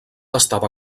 estava